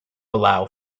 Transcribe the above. allow